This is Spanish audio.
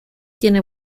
tiene